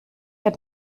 hat